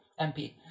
MP